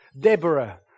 Deborah